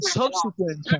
subsequent